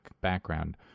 background